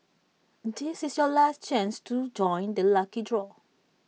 this is your last chance to join the lucky draw